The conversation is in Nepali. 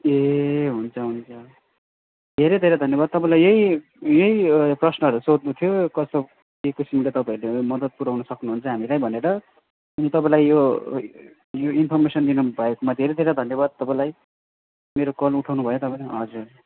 ए हुन्छ हुन्छ धेरै धेरै धन्यवाद तपाईँलाई यही यही प्रश्नहरू सोध्नु थियो कस्तो के किसिमले तपाईँहरूले मद्दत पुऱ्याउनु सक्नुहुन्छ हामीलाई भनेर अनि तपाईँलाई यो इन्फर्मेसन दिनु भएकोमा धेरै धेरै धन्यवाद तपाईँलाई मेरो कल उठाउनु भयो तपाईँले हजुर